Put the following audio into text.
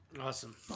Awesome